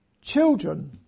children